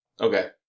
Okay